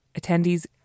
attendees